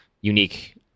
unique